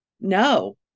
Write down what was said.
No